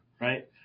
Right